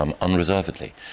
unreservedly